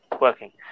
working